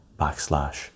backslash